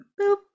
boop